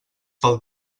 pel